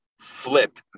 flip